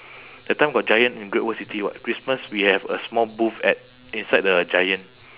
that time got giant in great world city [what] christmas we have a small booth at inside the giant